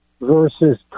versus